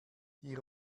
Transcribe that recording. die